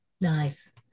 nice